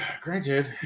Granted